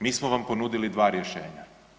Mi smo vam ponudili dva rješenja.